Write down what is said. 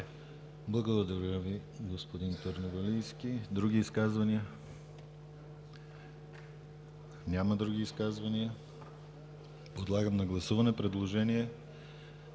Благодаря Ви, господин Търновалийски. Други изказвания? Няма други изказвания. Подлагам на гласуване предложение,